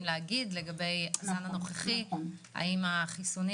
להגיד בינתיים לגבי הזן הנוכחי האם החיסונים